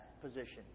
position